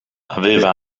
aveva